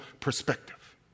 perspective